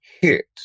hit